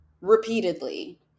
repeatedly